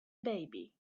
baby